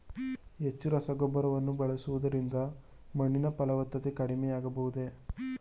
ಹೆಚ್ಚು ರಸಗೊಬ್ಬರವನ್ನು ಬಳಸುವುದರಿಂದ ಮಣ್ಣಿನ ಫಲವತ್ತತೆ ಕಡಿಮೆ ಆಗಬಹುದೇ?